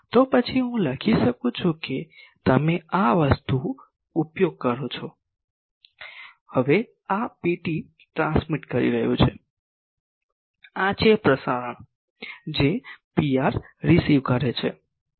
તો પછી હું લખી શકું છું કે તમે આ વસ્તુ કરો છો હવે આ Pt ટ્રાન્સમિટ કરી રહ્યું છે આ છે પ્રસારણ જે Pr રીસીવ થાય છે